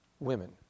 women